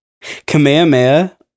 Kamehameha